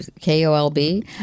K-O-L-B